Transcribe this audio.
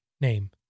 name